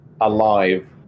alive